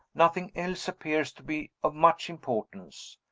nothing else appears to be of much importance.